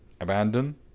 abandon